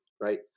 right